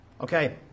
Okay